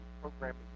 programming